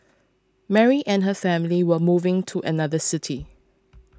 Mary and her family were moving to another city